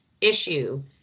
issue